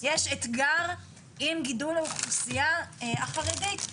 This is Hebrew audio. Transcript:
יש אתגר עם גידול האוכלוסייה החרדית.